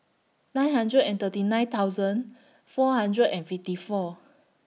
nine hundred and thirty nine thousand four hundred and fifty four